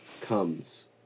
comes